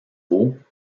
veaux